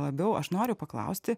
labiau aš noriu paklausti